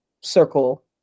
circle